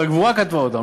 שהגבורה כתבה אותם,